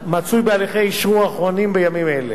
מצוי בהליכי אִשרור אחרונים בימים אלה.